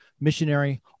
missionary